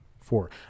four